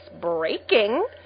breaking